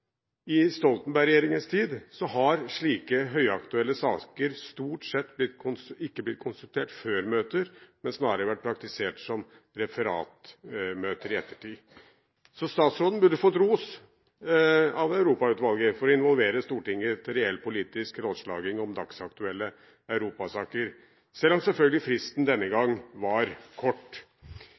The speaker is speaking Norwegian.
I Stoltenberg-regjeringens tid har slike høyaktuelle saker stort sett ikke blitt konsultert om før møter, men det har snarere vært praktisert som referatmøter i ettertid. Så statsråden burde fått ros av Europautvalget for å involvere Stortinget til reell politisk rådslagning om dagsaktuelle europasaker, selv om selvfølgelig fristen denne gang var kort.